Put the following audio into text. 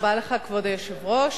כבוד היושב-ראש,